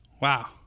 Wow